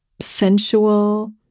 sensual